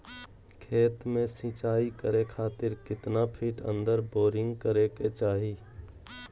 खेत में सिंचाई करे खातिर कितना फिट अंदर बोरिंग करे के चाही?